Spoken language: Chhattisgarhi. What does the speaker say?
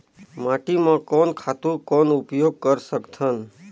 माटी म कोन खातु कौन उपयोग कर सकथन?